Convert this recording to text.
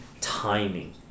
timing